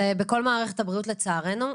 זה בכל מערכת הבריאות לצערנו,